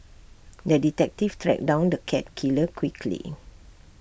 the detective tracked down the cat killer quickly